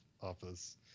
office